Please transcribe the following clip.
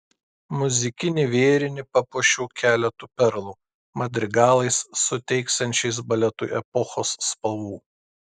muzikinį vėrinį papuošiau keletu perlų madrigalais suteiksiančiais baletui epochos spalvų